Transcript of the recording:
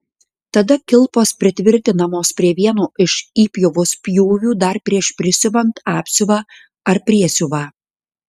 tada kilpos pritvirtinamos prie vieno iš įpjovos pjūvių dar prieš prisiuvant apsiuvą ar priesiuvą